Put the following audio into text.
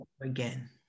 again